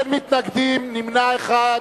אין מתנגדים, נמנע אחד.